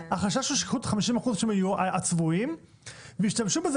החשש הוא שהם ייקחו את ה-50% הצבועים וישתמשו בזה